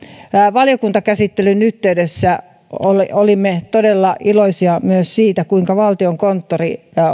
valiokuntakäsittelyn yhteydessä olimme todella iloisia siitä kuinka valtiokonttori